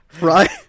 Right